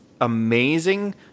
amazing